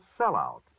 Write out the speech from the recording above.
Sellout